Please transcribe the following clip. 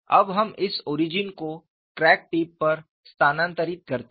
अब हम इस ओरिजिन को क्रैक टिप पर स्थानांतरित करते हैं